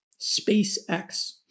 SpaceX